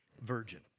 Virgin